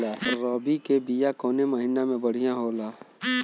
रबी के बिया कवना महीना मे बढ़ियां होला?